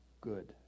good